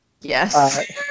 yes